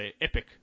epic